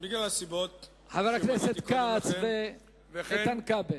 מהסיבות שמניתי קודם, חברי הכנסת כץ ואיתן כבל,